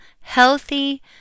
healthy